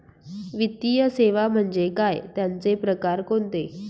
वित्तीय सेवा म्हणजे काय? त्यांचे प्रकार कोणते?